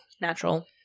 natural